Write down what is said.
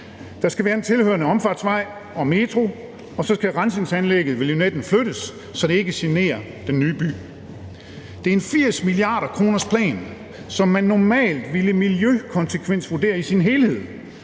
Der skal være en tilhørende omfartsvej og metro, og så skal rensningsanlægget ved Lynetten flyttes, så det ikke generer den nye by. Det er en 80 milliarderkronersplan, som man normalt ville miljøkonsekvensvurdere i sin helhed,